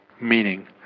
meaning